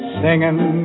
singing